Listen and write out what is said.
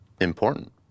important